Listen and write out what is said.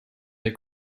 der